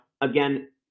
again